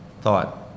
thought